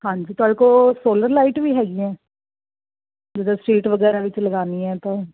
ਹਾਂਜੀ ਤੁਹਾਡੇ ਕੋਲ ਸੋਲਰ ਲਾਈਟ ਵੀ ਹੈਗੀਆਂ ਜਿੱਦਾਂ ਸਟਰੀਟ ਵਗੈਰਾ ਵਿੱਚ ਲਗਾਉਣੀ ਹੈ ਤਾਂ